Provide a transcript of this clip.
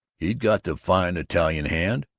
he's got the fine italian hand.